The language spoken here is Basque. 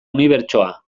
unibertsoa